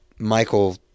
michael